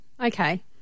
okay